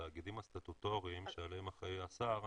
התאגידים הסטטוטוריים עליהם אחראי השר,